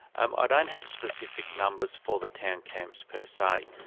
um ah don't have specific numbers for the town camps per se,